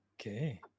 Okay